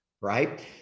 right